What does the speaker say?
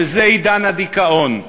שזה עידן הדיכאון,